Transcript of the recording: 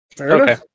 Okay